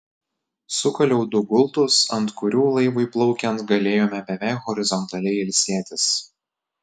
sukaliau du gultus ant kurių laivui plaukiant galėjome beveik horizontaliai ilsėtis